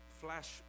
flash